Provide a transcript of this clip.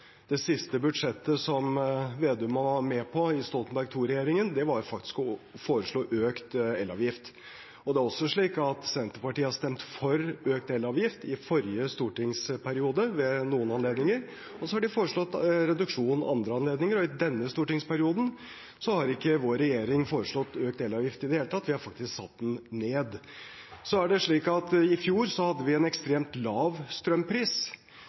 det siste budsjettet til Stoltenberg II-regjeringen, som Slagsvold Vedum var med på å vedta, foreslo man faktisk økt elavgift. Senterpartiet har også ved noen anledninger i forrige stortingsperiode stemt for økt elavgift, og de har foreslått reduksjon ved andre anledninger. I denne stortingsperioden har ikke vår regjering foreslått økt elavgift i det hele tatt. Vi har faktisk satt den ned. I fjor hadde vi en ekstremt lav strømpris,